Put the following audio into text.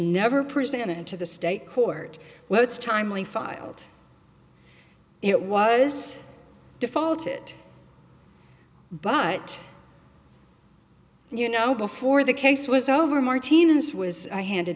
never presented to the state court well it's timely filed it was defaulted but you know before the case was over martinez was handed